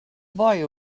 boy